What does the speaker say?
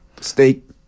steak